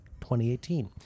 2018